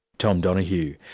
tom donohue.